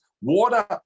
water